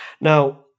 Now